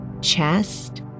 chest